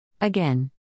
Again